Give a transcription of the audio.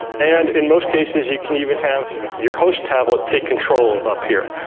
and, in most cases, you can even have your host tablet take control of up here.